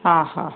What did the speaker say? हा हा